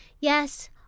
Yes